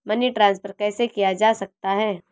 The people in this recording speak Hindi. मनी ट्रांसफर कैसे किया जा सकता है?